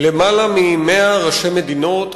מ-100 ראשי מדינות,